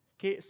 che